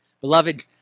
Beloved